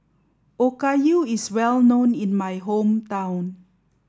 Okayu is well known in my hometown